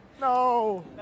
No